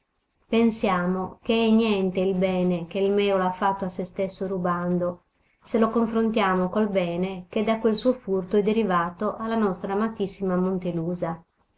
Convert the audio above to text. pensiamo che è niente il bene che il mèola ha fatto a se stesso rubando se lo confrontiamo col bene che da quel suo furto è derivato alla nostra amatissima montelusa